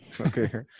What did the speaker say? Okay